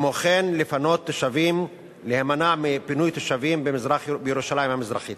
כמו כן, להימנע מפינוי תושבים בירושלים המזרחית.